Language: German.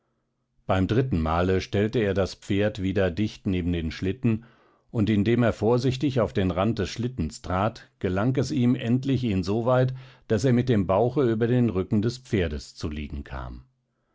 beim dritten male stellte er das pferd wieder dicht neben den schlitten und indem er vorsichtig auf den rand des schlittens trat gelang es ihm endlich insoweit daß er mit dem bauche über den rücken des pferdes zu liegen kam